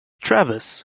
travis